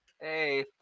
Hey